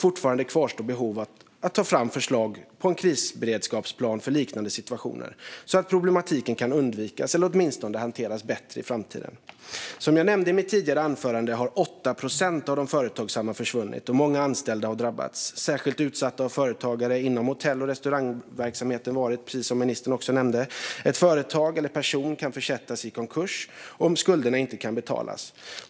Fortfarande kvarstår behov av att ta fram förslag på en krisberedskapsplan för liknande situationer, så att problematiken kan undvikas eller åtminstone hanteras bättre i framtiden. Som jag nämnde i mitt tidigare anförande har 8 procent av de företagsamma försvunnit, och många anställda har drabbats. Särskilt utsatta har företagare inom hotell och restaurangverksamheten varit, precis som ministern också nämnde. Ett företag eller en person kan försättas i konkurs om skulderna inte kan betalas.